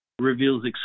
reveals